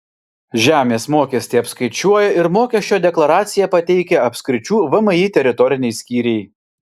žemės mokestį apskaičiuoja ir mokesčio deklaraciją pateikia apskričių vmi teritoriniai skyriai